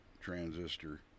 transistor